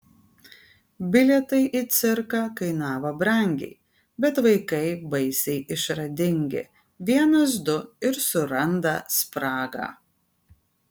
bilietai į cirką kainavo brangiai bet vaikai baisiai išradingi vienas du ir suranda spragą